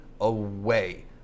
away